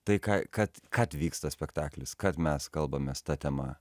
tai ką kad kad vyksta spektaklis kad mes kalbamės ta tema